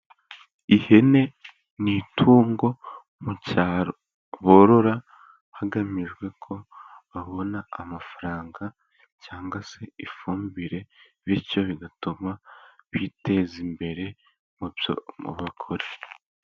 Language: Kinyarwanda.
Ihene ni itungo mu cyaro borora hagamijwe ko babona amafaranga cyangwa se ifumbire, bityo bigatuma biteza imbere mubyo bakora.